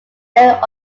then